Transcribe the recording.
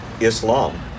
Islam